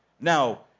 Now